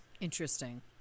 Interesting